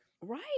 Right